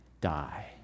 die